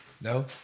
No